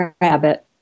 rabbit